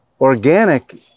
organic